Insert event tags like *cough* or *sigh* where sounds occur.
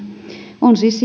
on siis *unintelligible*